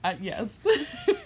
yes